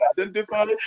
Identify